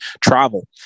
travel